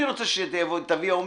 אני רוצה שתביאי הומלס,